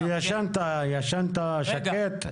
כשישנת, ישנת שקט?